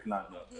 במאי.